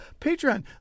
Patreon